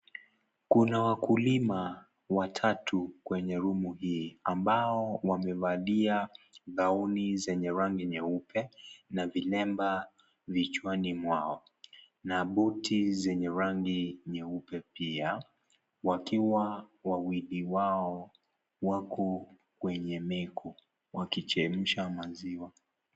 Kuna wakulima watatu kwenye rumu hii ambao wamevalia gauni zenye rangi nyeupe, na vilemba vichwani mwao na buti zenye rangi nyeupe pia, wakiwa wawili wao wako kwenye meko wakichemsha maziwa.